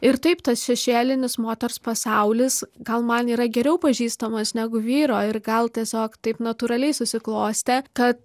ir taip tas šešėlinis moters pasaulis gal man yra geriau pažįstamas negu vyro ir gal tiesiog taip natūraliai susiklostė kad